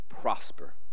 prosper